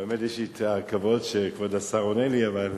באמת יש לי הכבוד שכבוד השר עונה לי, ביקשו ממני.